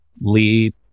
lead